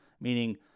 meaning